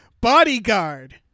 Bodyguard